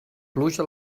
pluja